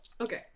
okay